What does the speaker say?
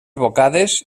bocades